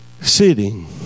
Sitting